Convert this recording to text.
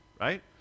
right